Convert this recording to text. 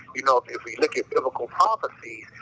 you know, if we look at biblical ah but